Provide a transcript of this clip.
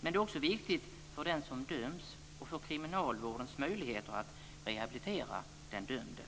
Men det är också viktigt för den som döms och för kriminalvårdens möjligheter att rehabilitera den dömde.